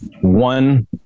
one